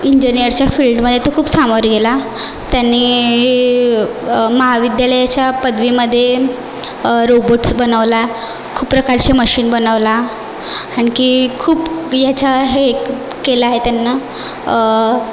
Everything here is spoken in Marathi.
इंजिनीअरच्या फील्डमध्ये तो खूप समोर गेला त्यांनी महाविद्यालयाच्या पदवीमध्ये रोबोट्स बनवला खूप प्रकारचे मशीन बनवला आणखी खूप याचा हे केला आहे त्यानं